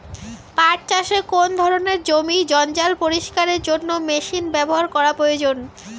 পাট চাষে কোন ধরনের জমির জঞ্জাল পরিষ্কারের জন্য মেশিন ব্যবহার করা প্রয়োজন?